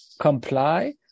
comply